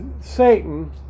Satan